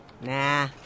Nah